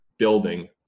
building